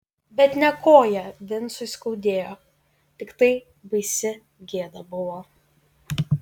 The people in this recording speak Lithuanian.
bet ne koją vincui skaudėjo tiktai baisi gėda buvo